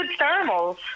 thermals